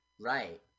Right